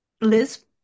Liz